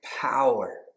power